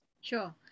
Sure